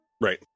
Right